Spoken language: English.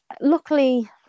luckily